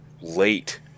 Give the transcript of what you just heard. late